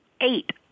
eight